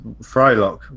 Frylock